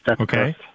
Okay